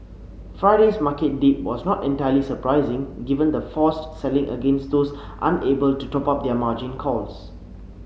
Friday's market dip was not entirely surprising given the forced selling against those unable to top up their margin calls